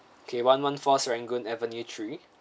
okay one one four serangoon avenue three